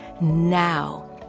now